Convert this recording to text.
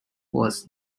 was